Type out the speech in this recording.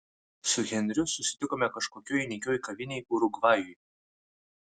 su henriu susitikome kažkokioj nykioj kavinėj urugvajui